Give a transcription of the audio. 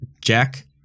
Jack –